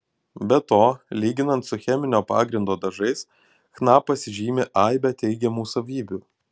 be to lyginant su cheminio pagrindo dažais chna pasižymi aibe teigiamų savybių